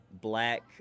black